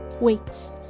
weeks